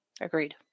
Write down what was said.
Agreed